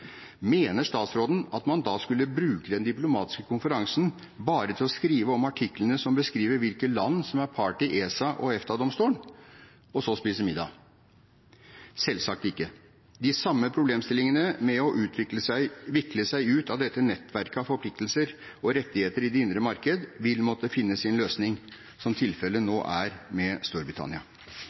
Mener statsråden at man da skulle bruke den diplomatiske konferansen bare til å skrive om de artiklene som beskriver hvilke land som er part i ESA og EFTA-domstolen – og så spise middag? Selvsagt ikke. De samme problemstillingene med å vikle seg ut av dette nettverket av forpliktelser og rettigheter i det indre marked vil måtte finne sin løsning, som tilfellet nå er med Storbritannia.